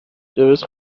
درست